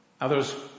Others